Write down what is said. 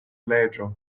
leĝo